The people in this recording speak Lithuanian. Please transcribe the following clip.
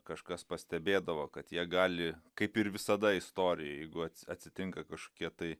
kažkas pastebėdavo kad jie gali kaip ir visada istorijoj jeigu atsitinka kažkokie tai